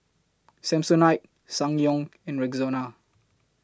Samsonite Ssangyong and Rexona